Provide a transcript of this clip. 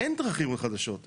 אין דרכים חדשות,